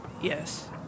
yes